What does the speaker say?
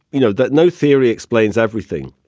you know that no theory explains everything.